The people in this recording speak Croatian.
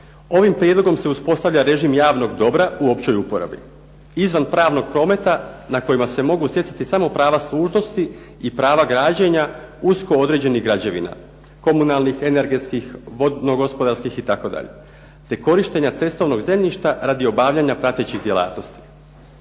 Ovim prijedlogom se uspostavlja režim javnog dobra u općoj uporabi izvan pravnog prometa na kojima se mogu stjecati samo prava dužnosti i prava građenja usko određenih građevina, komunalnih, energetskih, vodno-gospodarskih itd. te korištenja cestovnog zemljišta radi obavljanja pratećih djelatnosti.